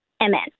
Amen